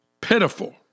pitiful